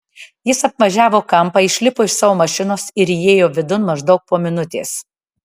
jis apvažiavo kampą išlipo iš savo mašinos ir įėjo vidun maždaug po minutės